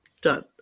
done